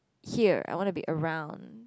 here I wanna be around